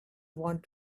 want